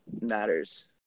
matters